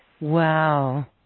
Wow